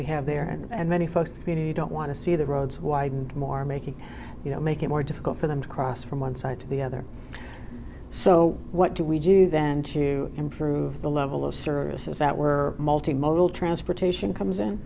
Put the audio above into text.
we have there and many folks don't want to see the roads widened more making you know make it more difficult for them to cross from one side to the other so what do we do then to improve the level of services that we're multi modal transportation comes in